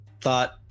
thought